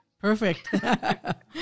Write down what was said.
Perfect